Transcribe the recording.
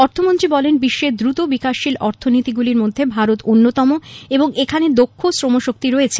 অর্থমন্ত্রী বলেন বিশ্বের দ্রুত বিকাশশীল অর্থনীতিগুলির মধ্যে ভারত অন্যতম এবং এখানে দক্ষ শ্রমশক্তি রয়েছে